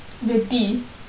வெட்டி:vetti